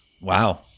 Wow